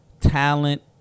talent